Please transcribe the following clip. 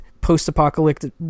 post-apocalyptic